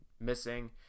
missing